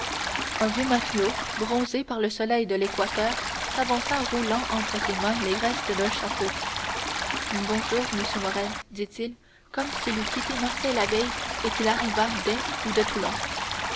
un vieux matelot bronzé par le soleil de l'équateur s'avança roulant entre ses mains les restes d'un chapeau bonjour monsieur morrel dit-il comme s'il eût quitté marseille la veille et qu'il arrivât d'aix ou de toulon